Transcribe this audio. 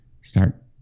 start